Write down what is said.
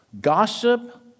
Gossip